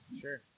Sure